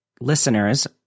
listeners